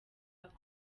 kongo